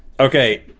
okay,